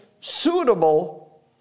suitable